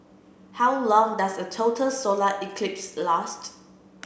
how long does a total solar eclipse last